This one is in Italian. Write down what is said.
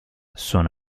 sono